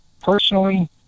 Personally